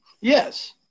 Yes